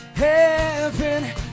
Heaven